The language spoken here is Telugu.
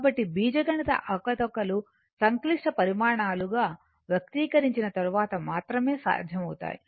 కాబట్టి బీజగణిత అవకతవకలు సంక్లిష్ట పరిమాణాలుగా వ్యక్తీకరించిన తర్వాత మాత్రమే సాధ్యమవుతాయి